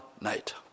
night